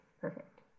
perfect